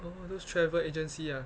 oh those travel agency ah